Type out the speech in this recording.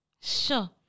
Sure